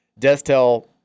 Destel